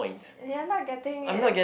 you're not getting it